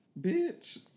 Bitch